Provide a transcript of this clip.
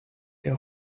der